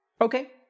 Okay